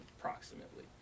approximately